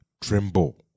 tremble